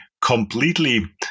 completely